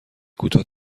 کوتاه